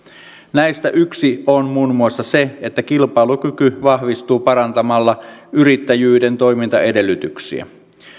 näistä yksi on muun muassa se että kilpailukyky vahvistuu parantamalla yrittäjyyden toimintaedellytyksiä